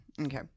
Okay